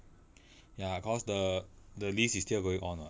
ya cause the the lease is still going on [what]